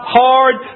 hard